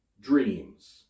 dreams